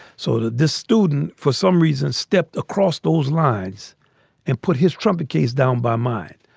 so this student for some reason stepped across those lines and put his trumpet case down by mine.